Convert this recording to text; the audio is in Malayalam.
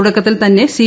തുടക്കത്തിൽ തന്നെ സി